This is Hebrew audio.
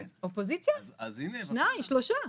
שלושה.